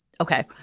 Okay